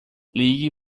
ligue